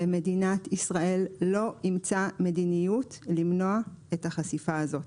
ומדינת ישראל לא אימצה מדיניות למנוע את החשיפה הזאת.